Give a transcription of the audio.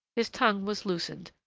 his tongue was loosened,